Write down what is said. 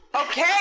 Okay